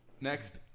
Next